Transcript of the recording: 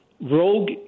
rogue